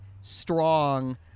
strong